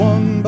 One